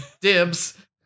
Dibs